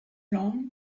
langues